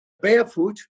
barefoot